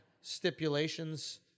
stipulations